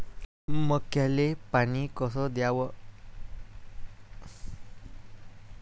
मक्याले पानी कस द्याव?